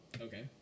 Okay